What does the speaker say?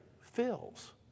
fills